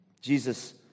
Jesus